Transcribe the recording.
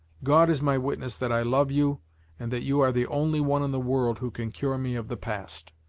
god is my witness that i love you and that you are the only one in the world who can cure me of the past.